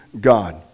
God